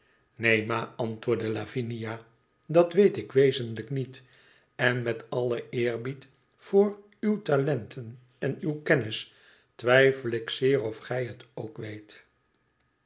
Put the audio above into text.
neen ma antwoordde lavinia dat weet ik wezenlijk niet en met allen eerbied voor uwe talenten en uwe kennis twijfel ik zeer of gij het ook weet